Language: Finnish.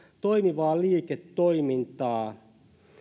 toimivaa liiketoimintaa